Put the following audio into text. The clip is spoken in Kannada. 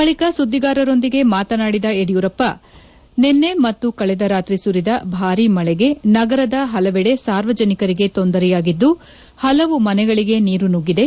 ಬಳಿಕ ಸುದ್ದಿಗಾರರೊಂದಿಗೆ ಮಾತನಾಡಿದ ಯಡಿಯೂರಪ್ಪ ನಿನ್ನೆ ಮತ್ತು ಕಳೆದ ರಾತ್ರಿ ಸುರಿದ ಭಾರೀ ಮಳೆಗೆ ನಗರದ ಹಲವೆಡೆ ಸಾರ್ವಜನಿಕರಿಗೆ ತೊಂದರೆಯಾಗಿದ್ದು ಹಲವು ಮನೆಗಳಿಗೆ ನೀರು ನುಗ್ಗಿದೆ